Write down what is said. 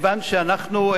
כיוון שאנחנו,